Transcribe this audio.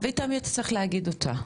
ואת האמת צריך להגיד אותה,